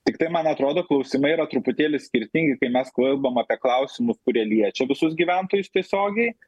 tiktai man atrodo klausimai yra truputėlį skirtingi kai mes kalbam apie klausimus kurie liečia visus gyventojus tiesiogiai